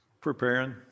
preparing